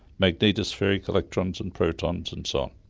magnetospheric electrons and protons and so on.